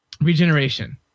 regeneration